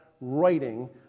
writing